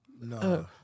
No